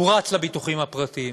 הוא רץ לביטוחים הפרטיים.